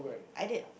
I did